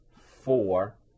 four